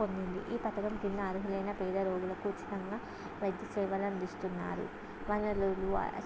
పొందింది ఈ పథకం కింద అర్హులైన పేద రోగులకు ఉచితంగా వైద్య సేవలను అందిస్తున్నారు వనరులు